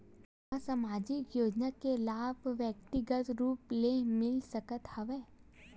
का सामाजिक योजना के लाभ व्यक्तिगत रूप ले मिल सकत हवय?